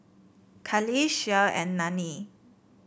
Kali Shea and Lani